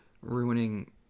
ruining